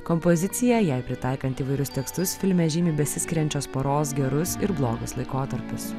kompozicija jai pritaikant įvairius tekstus filme žymi besiskiriančios poros gerus ir blogus laikotarpius